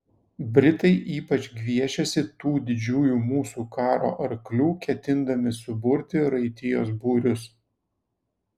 britai ypač gviešiasi tų didžiųjų mūsų karo arklių ketindami suburti raitijos būrius